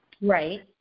Right